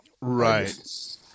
Right